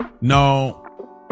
no